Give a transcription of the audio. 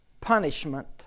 punishment